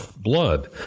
blood